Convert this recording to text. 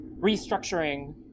restructuring